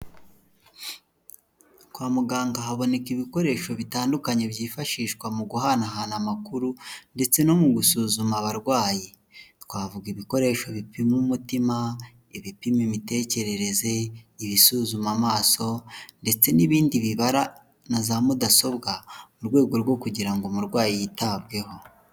Kwa muganga haboneka ibikoresho bitandukanye byifashishwa mu guhanahana amakuru ndetse no mu gusuzuma abarwayi. Twavuga ibikoresho bipima umutima, ibipima imitekerereze, ibisuzuma amaso ndetse n'ibindi bibara na za mudasobwa mu rwego rwo kugira ngo umurwayi yitabweho.